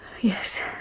yes